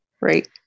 Right